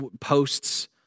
posts